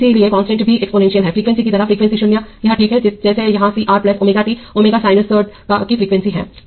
इसलिए कांस्टेंट भी एक्सपोनेंशियल है फ्रीक्वेंसी की तरह फ्रीक्वेंसी 0 यह ठीक है जैसे यहां c R omega t omega sinusoid की फ्रीक्वेंसी हैं